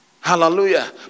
Hallelujah